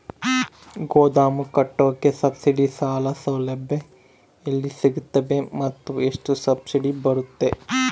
ಗೋದಾಮು ಕಟ್ಟೋಕೆ ಸಬ್ಸಿಡಿ ಸಾಲ ಸೌಲಭ್ಯ ಎಲ್ಲಿ ಸಿಗುತ್ತವೆ ಮತ್ತು ಎಷ್ಟು ಸಬ್ಸಿಡಿ ಬರುತ್ತೆ?